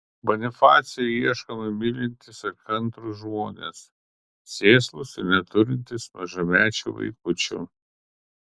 bonifacijui ieškomi mylintys ir kantrūs žmonės sėslūs ir neturintys mažamečių vaikučių